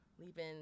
leaving